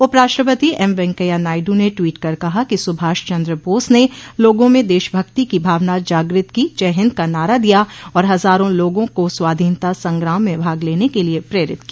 उपराष्ट्रपति एम वेंकैया नायडू ने ट्वीट कर कहा कि सुभाष चन्द्र बोस ने लोगों में देशभक्ति की भावना जागृत की जयहिंद का नारा दिया और हजारों लोगों को स्वाधीनता संग्राम में भाग लेने के लिए प्रेरित किया